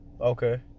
Okay